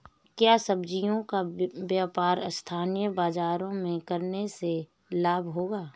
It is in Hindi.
क्या सब्ज़ियों का व्यापार स्थानीय बाज़ारों में करने से लाभ होगा?